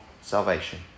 salvation